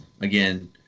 again